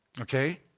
okay